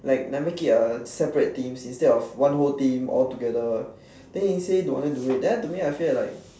like like make it a separate teams instead of one whole team all together then he say don't want do it then to me I feel like